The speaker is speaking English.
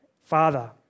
Father